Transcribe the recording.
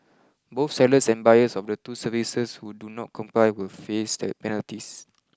both sellers and buyers of the two services who do not comply will face penalties